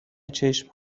چشم